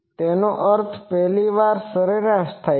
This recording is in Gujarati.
તેનો અર્થ પહેલી વાર સરેરાસ થાય છે